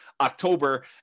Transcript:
October